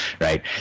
right